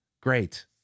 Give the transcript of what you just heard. Great